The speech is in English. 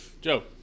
Joe